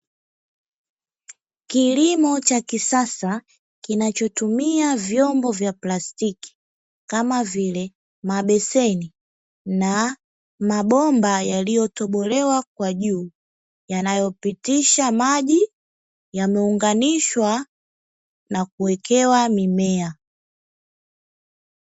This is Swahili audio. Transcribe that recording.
Kilimo cha kisasa kinachotumia vyombo vya plastiki kama vile mabeseni na mabomba yaliyotobolewa kwa juu, yanayopitisha maji. Yameunganishwa na kuwekewa mimea.